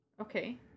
Okay